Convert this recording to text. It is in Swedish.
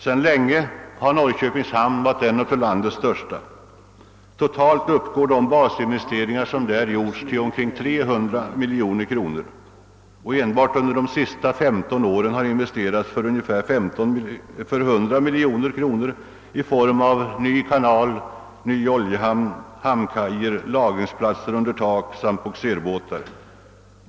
Sedan länge har Norrköpings hamn varit en av landets största. Totalt uppgår de basinvesteringar som där gjorts till omkring 300 miljoner kronor, och enbart under de senaste 15 åren har investerats för ungefär 100 miljoner kronor i form av ny kanal, ny oljehamn, hamnkajer, lagringsplatser under tak samt bogserbåtar.